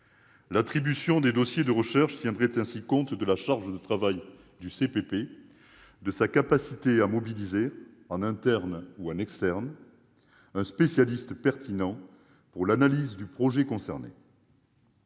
L'attribution des dossiers de recherche tiendrait ainsi compte de la charge de travail du CPP et de sa capacité à mobiliser, en interne ou en externe, un spécialiste pertinent pour l'analyse du projet concerné.